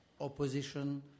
opposition